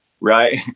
right